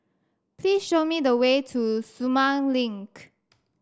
please show me the way to Sumang Link